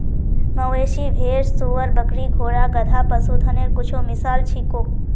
मवेशी, भेड़, सूअर, बकरी, घोड़ा, गधा, पशुधनेर कुछु मिसाल छीको